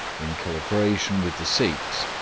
in co-operation with the sikhs,